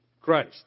Christ